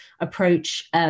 approach